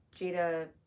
Jada